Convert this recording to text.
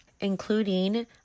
including